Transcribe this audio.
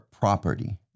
property